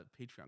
Patreon